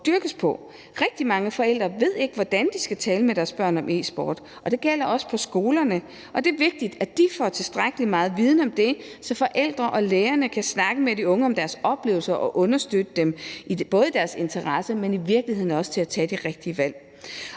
Rigtig mange forældre ved ikke, hvordan de skal tale med deres børn om e-sport, og det gælder også på skolerne, og det er vigtigt, at de får tilstrækkelig meget viden om det, så forældrene og lærerne kan snakke med de unge om deres oplevelser og understøtte dem både i deres interesse, men i virkeligheden også i at tage det rigtige valg.